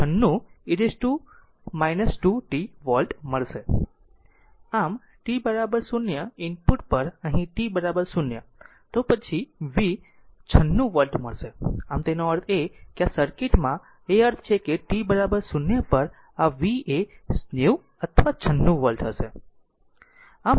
આમ t 0 input પર અહીં t 0 તો પછી V 0 96 V હશે આમ તેનો અર્થ એ કે આ સર્કિટ માં આ પછી અર્થ એ કે t 0 પર આ V એ 90 અથવા 96 V હશે